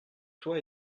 toi